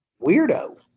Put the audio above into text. weirdo